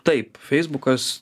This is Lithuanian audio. taip feisbukas